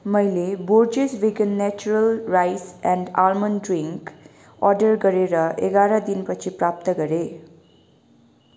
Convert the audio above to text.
मैले Borges vegan natural rice and almond drink order गरेर एघार दिन पछि प्राप्त गरेँ